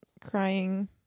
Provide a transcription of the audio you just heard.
crying